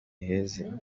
heza